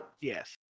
Yes